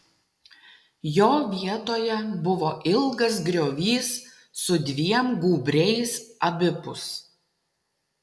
jo vietoje buvo ilgas griovys su dviem gūbriais abipus